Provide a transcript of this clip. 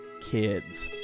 Kids